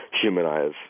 humanize